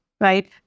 right